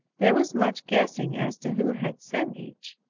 there was much guessing as to who had sent each.